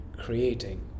creating